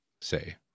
say